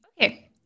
Okay